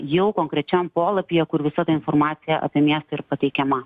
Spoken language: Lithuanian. jau konkrečiam polapyje kur visa ta informacija apie miestą ir pateikiama